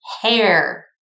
hair